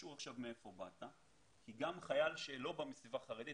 קשור עכשיו מהיכן באת כי גם חייל שלא בא מסביבה חרדית,